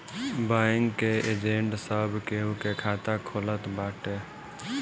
bank के agent सब केहू के खाता खोलत बाटे